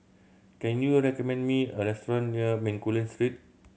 can you recommend me a restaurant near Bencoolen Street